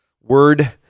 word